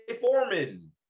Foreman